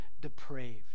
depraved